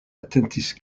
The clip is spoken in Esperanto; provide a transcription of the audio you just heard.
atentis